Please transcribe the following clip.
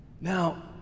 Now